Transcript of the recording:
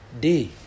day